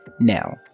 Now